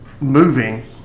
moving